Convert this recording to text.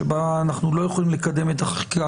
שבה אנחנו לא יכולים לקדם את החקיקה,